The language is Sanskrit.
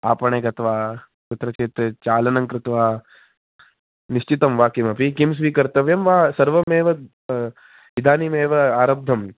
आपणे गत्वा कुत्रचित् चालनं कृत्वा निश्चितं वा किमपि किं स्वीकर्तव्यं वा सर्वमेव इदानीमेव आरब्धं